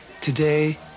today